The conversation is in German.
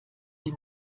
den